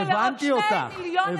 לי ולעוד, הבנתי אותך.